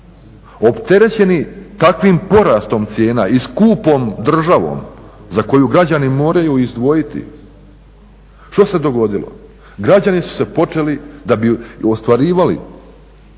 Opterećeni takvim porastom cijena i skupom državom za koju građani moraju izdvojiti, što se dogodilo? Građani su se počeli da bi ostvarivali